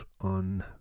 on